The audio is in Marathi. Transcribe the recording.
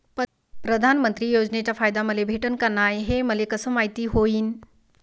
प्रधानमंत्री योजनेचा फायदा मले भेटनं का नाय, हे मले कस मायती होईन?